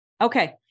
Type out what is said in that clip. Okay